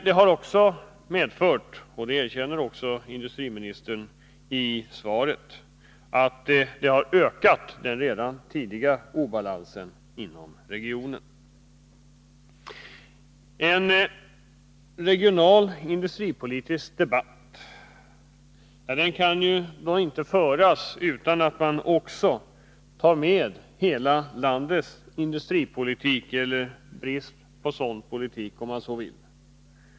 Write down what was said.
Detta har medfört, och det erkänner industriministern i svaret, att den redan tidigare stora obalansen inom regionen har ökat. En regional industripolitisk debatt kan inte föras utan att man också tar med hela landets industripolitik, eller brist på sådan politik, om man så vill.